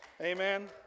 Amen